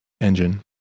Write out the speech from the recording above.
engine